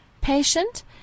patient